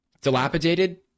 Dilapidated